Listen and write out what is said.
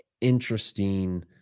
interesting